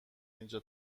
اینجا